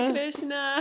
Krishna